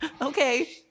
Okay